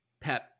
pep